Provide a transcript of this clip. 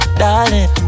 darling